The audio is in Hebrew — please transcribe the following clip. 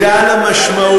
מתי אתם יוצאים מהממשלה?